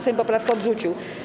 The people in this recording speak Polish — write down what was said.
Sejm poprawkę odrzucił.